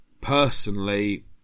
personally